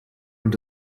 und